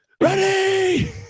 Ready